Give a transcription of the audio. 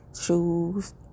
shoes